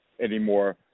anymore